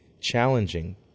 challenging